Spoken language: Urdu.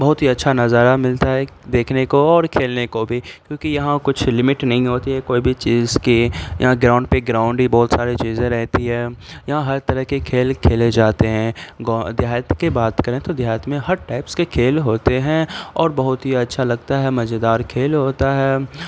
بہت ہی اچھا نظارہ ملتا ہے دیکھنے کو اور کھیلنے کو بھی کیونکہ یہاں کچھ لمٹ نہیں ہوتی ہے کوئی بھی چیز کی یہاں گراؤنڈ پہ گراؤنڈ ہی بہت ساری چیزیں رہتی ہیں یہاں ہر طرح کے کھیل کھیلے جاتے ہیں گاؤں دیہات کے بات کریں تو دیہات میں ہر ٹائپس کے کھیل ہوتے ہیں اور بہت ہی اچھا لگتا ہے مزیدار کھیل ہوتا ہے